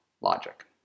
logic